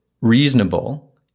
reasonable